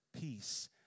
Peace